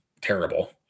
terrible